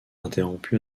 interrompu